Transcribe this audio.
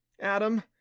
Adam